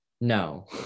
No